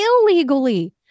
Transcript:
illegally